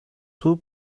two